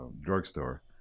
drugstore